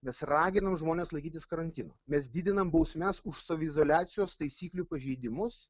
mes raginam žmones laikytis karantino mes didinam bausmes už saviizoliacijos taisyklių pažeidimus